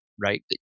right